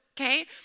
okay